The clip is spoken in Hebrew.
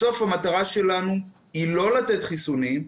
בסוף המטרה שלנו היא לא לתת חיסונים,